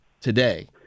today